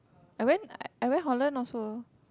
I went I went Holland also